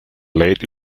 late